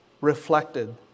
reflected